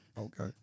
Okay